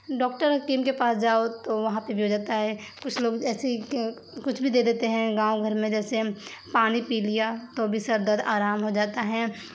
doctor حکیم کے پاس جاؤ تو وہاں پہ بھی ہو جاتا ہے کچھ لوگ ایسے ہی کچھ بھی دے دیتے ہیں گاؤں گھر میں جیسے پانی پی لیا تو بھی سر درد آرام ہو جاتا ہے